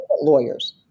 lawyers